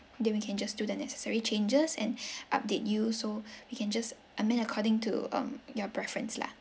then we can just do the necessary changes and update you so we can just amend according to um your preference lah